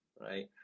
right